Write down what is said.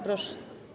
Proszę.